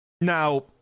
Now